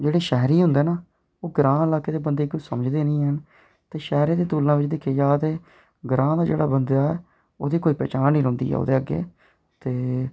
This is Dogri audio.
ते जेह्ड़े शैहरी होंदे ना ओह् ग्रांऽ दे लोकें गी किश समझदे निं हैन ते शैहरें दी तुलना बिच दिक्खेआ जा ते ग्रांऽ दा बंदा जेह्का ओह्दी कोई पनछान निं रौंह्दी ऐ ओह्दे अग्गें